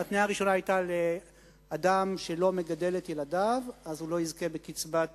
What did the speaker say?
ההתניה הראשונה היתה שאדם שלא מגדל את ילדיו לא יזכה לקצבת ילדים.